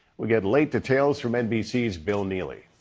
we get late details from nbc's bill neely.